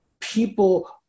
People